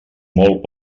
molt